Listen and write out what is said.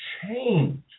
change